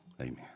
Amen